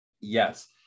yes